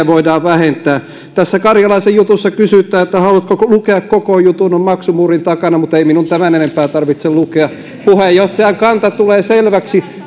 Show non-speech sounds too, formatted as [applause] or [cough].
[unintelligible] voidaan vähentää tässä karjalaisen jutussa kysytään että haluatko lukea koko jutun ne ovat maksumuurin takana mutta ei minun tämän enempää tarvitse lukea puheenjohtajan kanta tulee selväksi [unintelligible]